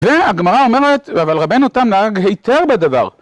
והגמרא אומרת, אבל רבינו תם נהג היתר בדבר.